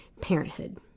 parenthood